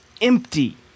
empty